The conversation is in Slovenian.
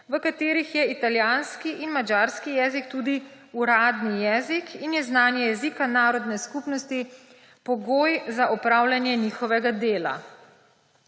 v katerih je italijanski in madžarski jezik tudi uradni jezik in je znanje jezika narodne skupnosti pogoj za opravljanje njihovega dela.